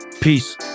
peace